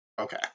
Okay